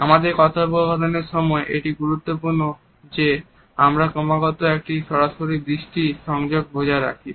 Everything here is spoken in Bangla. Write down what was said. আমাদের কথোপকথনের সময় এটি গুরুত্বপূর্ণ যে আমরা ক্রমাগত একটি সরাসরি দৃষ্টি সংযোগ বজায় রাখি